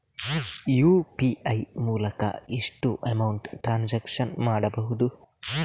UPI ಮೂಲಕ ಎಷ್ಟು amount transaction ಮಾಡಬಹುದು?